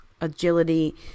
agility